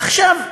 עכשיו,